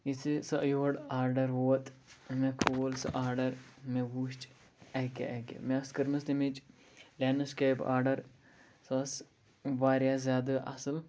یِتھُے سُہ یور آرڈَر ووت مےٚ کھوٗل سُہ آرڈَر مےٚ وٕچھ اَکہِ اَکہِ مےٚ ٲس کٔرمٕژ تٔمِچ لٮ۪نٕسکیپ آرڈَر سۄ ٲس واریاہ زیادٕ اَصٕل